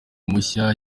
mushya